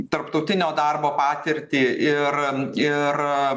tarptautinio darbo patirtį ir ir